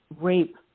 rape